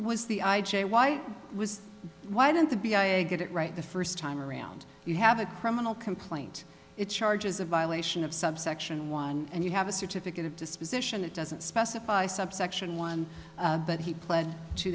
was the i j why was why didn't the b i a get it right the first time around you have a criminal complaint it charges a violation of subsection one and you have a certificate of disposition that doesn't specify subsection one but he pled to